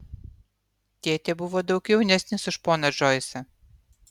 tėtė buvo daug jaunesnis už poną džoisą